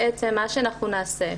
מה שנעשה,